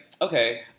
okay